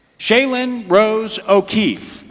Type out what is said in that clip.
shaylin rose o'keefe